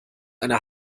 eine